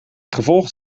gevolgd